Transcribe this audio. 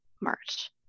March